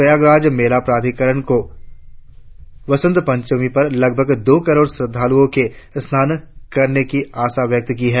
प्रयागराज मेला प्राधिकरण को वसंत पंचमी पर लगभग दो करोड़ श्रद्धालुओ के स्नान करने की आशा व्यक्त की है